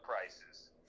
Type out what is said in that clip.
prices